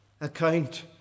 account